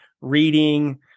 reading